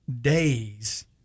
days